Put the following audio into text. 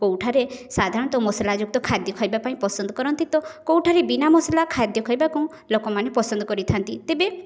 କେଉଁଠାରେ ସାଧାରଣତଃ ମସଲାଯୁକ୍ତ ଖାଦ୍ୟ ଖାଇବା ପାଇଁ ପସନ୍ଦ କରନ୍ତି ତ କେଉଁଠାରେ ବିନା ମସଲା ଖାଦ୍ୟ ଖାଇବାକୁ ଲୋକମାନେ ପସନ୍ଦ କରିଥାନ୍ତି ତେବେ